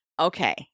Okay